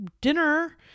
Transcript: dinner